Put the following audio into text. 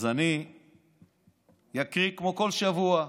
אני אקריא כמו כל שבוע: